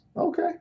Okay